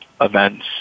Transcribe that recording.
events